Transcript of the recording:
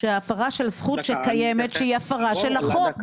הפרה של זכות שקיימת שהיא הפרה של החוק.